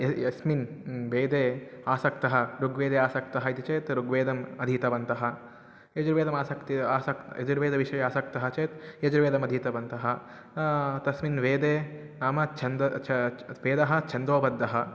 यः यस्मिन् वेदे आसक्तः ऋग्वेदे आसक्तः इति चेत् ऋग्वेदम् अधीतवन्तः यजुर्वेदमासक्तिः आसक्तः यजुर्वेदविषये आसक्तः चेत् यजुर्वेदमधीतवन्तः तस्मिन् वेदे नाम छन्द छ च वेदः छन्दोबद्धः